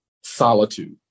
solitude